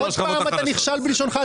עוד פעם אתה נכשל בלשונך.